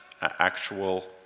actual